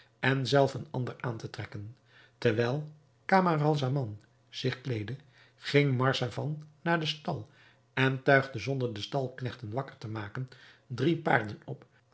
en zelf een ander aan te trekken terwijl camaralzaman zich kleedde ging marzavan naar den stal en tuigde zonder de stalknechten wakker te maken drie paarden op